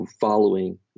following